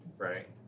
Right